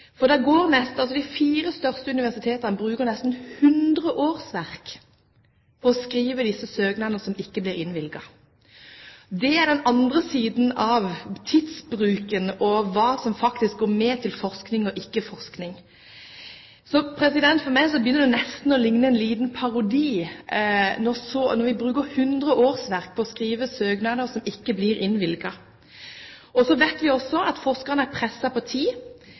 De fire største universitetene bruker nesten 100 årsverk på å skrive søknader som ikke blir innvilget. Det er den andre siden av tidsbruken, hva som faktisk går med til forskning, og ikke forskning. For meg begynner det nesten å ligne en liten parodi når vi bruker 100 årsverk på å skrive søknader som ikke blir innvilget. Vi vet også at forskerne er presset på tid,